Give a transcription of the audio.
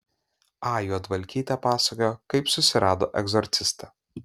a juodvalkytė pasakojo kaip susirado egzorcistą